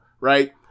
right